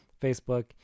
Facebook